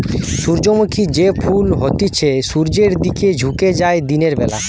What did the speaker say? সূর্যমুখী যে ফুল হতিছে সূর্যের দিকে ঝুকে যায় দিনের বেলা